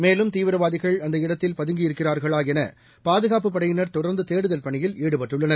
மேலும் தீவிரவாதிகள் அந்த இடத்தில் பதுங்கியிருக்கிறார்களாஎனபாதுகாப்புப் படையினர் தொடர்ந்துதேடுதல் பணியில் ஈடுபட்டுள்ளனர்